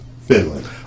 Finland